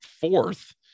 fourth